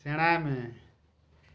ᱥᱮᱬᱟᱭ ᱢᱮ